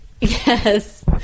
Yes